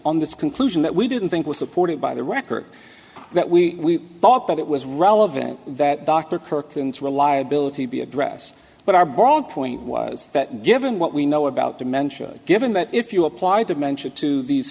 on this conclusion that we didn't think was supported by the record that we thought that it was relevant that dr kirkland's reliability be addressed but our broad point was that given what we know about dementia given that if you apply dementia to these